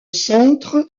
centre